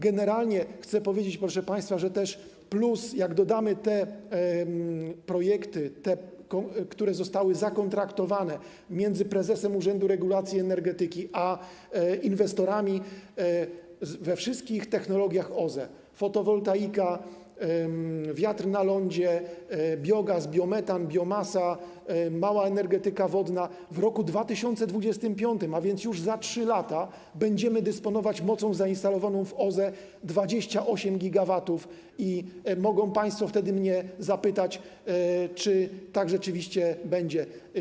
Generalnie chcę powiedzieć, proszę państwa, że też plus, jak dodamy te projekty, które zostały zakontraktowane między prezesem Urzędu Regulacji Energetyki a inwestorami we wszystkich technologiach OZE: fotowoltaika, wiatr na lądzie, biogaz, biometan, biomasa, mała energetyka wodna, to w roku 2025, a więc już za 3 lata, będziemy dysponować mocą 28 GW zainstalowaną w OZE i mogą państwo wtedy mnie zapytać, czy tak rzeczywiście będzie.